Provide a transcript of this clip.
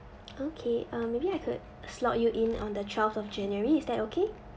okay um maybe I could slot you in on the twelfth of january is that okay